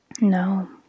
No